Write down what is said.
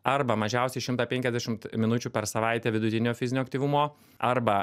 arba mažiausiai šimtą penkiasdešimt minučių per savaitę vidutinio fizinio aktyvumo arba